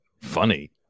funny